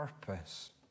purpose